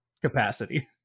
capacity